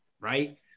right